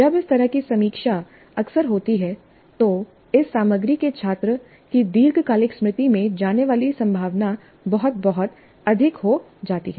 जब इस तरह की समीक्षा अक्सर होती है तो इस सामग्री के छात्र की दीर्घकालिक स्मृति में जाने की संभावना बहुत बहुत अधिक हो जाती है